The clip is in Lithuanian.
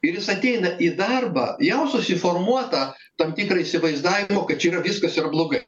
ir jis ateina į darbą jau susiformuotą tam tikrą įsivaizdavimo kad čia yra viskas yra blogai